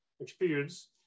experience